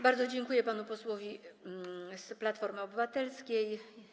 Bardzo dziękuję panu posłowi z Platformy Obywatelskiej.